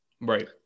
Right